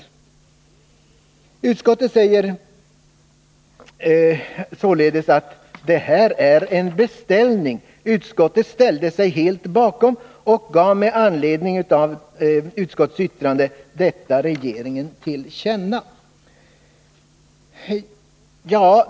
Utskottets uttalande innebär således att detta är en beställning. Riksdagen ställde sig helt bakom detta och gav med anledning av utskottets yttrande regeringen detta till känna.